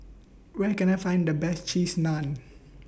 Where Can I Find The Best Cheese Naan